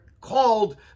called